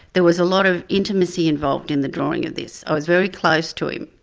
there was a lot of intimacy involved in the drawing of this. i was very close to him,